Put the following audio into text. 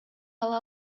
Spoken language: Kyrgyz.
ала